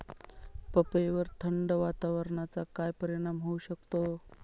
पपईवर थंड वातावरणाचा काय परिणाम होऊ शकतो?